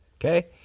Okay